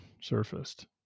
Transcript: surfaced